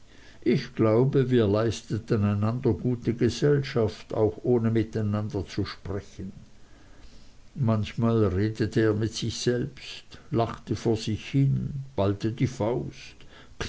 ich glaube wir leisteten einander gute gesellschaft auch ohne miteinander zu sprechen manchmal redete er mit sich selbst lachte vor sich hin ballte die faust